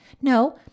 No